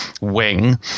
wing